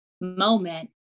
moment